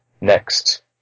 next